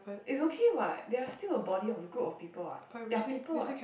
it's okay what they are still a body of group of people what they are people what